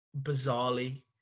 bizarrely